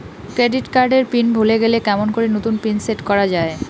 Credit card এর pin ভুলে গেলে কেমন করি নতুন পিন সেট করা য়ায়?